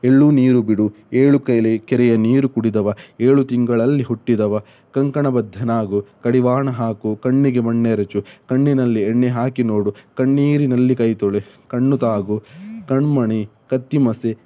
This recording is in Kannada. ಎಳ್ಳು ನೀರು ಬಿಡು ಏಳು ಕೈಲಿ ಕೆರೆಯ ನೀರು ಕುಡಿದವ ಏಳು ತಿಂಗಳಲ್ಲಿ ಹುಟ್ಟಿದವ ಕಂಕಣಬದ್ಧನಾಗು ಕಡಿವಾಣ ಹಾಕು ಕಣ್ಣಿಗೆ ಮಣ್ಣೆರಚು ಕಣ್ಣಿನಲ್ಲಿ ಎಣ್ಣೆ ಹಾಕಿ ನೋಡು ಕಣ್ಣೀರಿನಲ್ಲಿ ಕೈ ತೊಳೆ ಕಣ್ಣು ತಾಗು ಕಣ್ಮಣಿ ಕತ್ತಿಮಸೆ